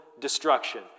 destruction